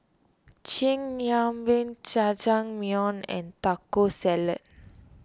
Chigenabe Jajangmyeon and Taco Salad